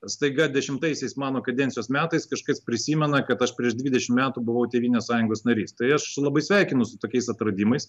staiga dešimtaisiais mano kadencijos metais kažkas prisimena kad aš prieš dvidešimt metų buvau tėvynės sąjungos narys tai aš labai sveikinu su tokiais atradimais